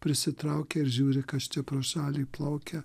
prisitraukia ir žiūri kas čia pro šalį plaukia